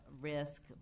risk